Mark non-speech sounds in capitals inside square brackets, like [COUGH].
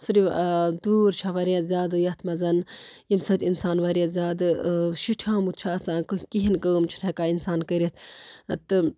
صرف تۭر چھےٚ واریاہ زیادٕ یَتھ منٛز ییٚمۍ سۭتۍ اِنسان واریاہ زیادٕ شِٹھیومُت چھُ آسان [UNINTELLIGIBLE] کِہیٖنۍ کٲم چھِنہٕ ہٮ۪کان اِنسان کٔرِتھ تہٕ